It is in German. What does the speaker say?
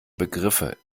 begriffe